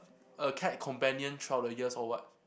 a cat companion throughout the years or what